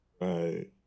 Right